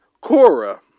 Cora